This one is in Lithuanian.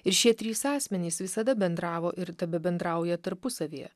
ir šie trys asmenys visada bendravo ir tebebendrauja tarpusavyje